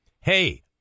Hey